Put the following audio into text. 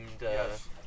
yes